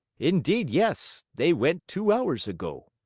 indeed, yes! they went two hours ago.